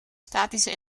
statische